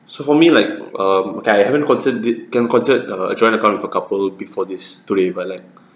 so for me like um okay I haven't considered it can considered a joint account with a couple before this today but like